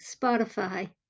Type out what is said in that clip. Spotify